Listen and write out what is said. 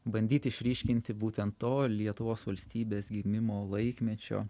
bandyt išryškinti būtent to lietuvos valstybės gimimo laikmečio